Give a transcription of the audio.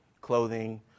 clothing